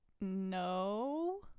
no